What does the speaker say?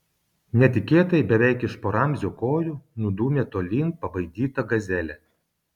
netikėtai beveik iš po ramzio kojų nudūmė tolyn pabaidyta gazelė